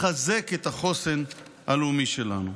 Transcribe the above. לחזק את החוסן הלאומי שלנו.